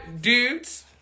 dudes